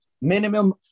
minimum